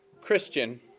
Christian